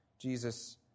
Jesus